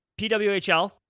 PWHL